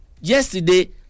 yesterday